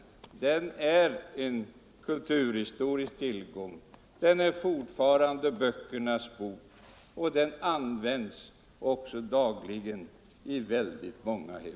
Bibeln är en kulturhistorisk tillgång, den är fortfarande böckernas bok och den används också dagligen i väldigt många hem.